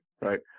right